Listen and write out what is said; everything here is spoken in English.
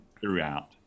throughout